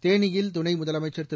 தேனியில் துணை முதலமைச்சர் திரு